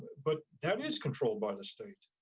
but that is controlled by the state.